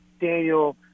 Daniel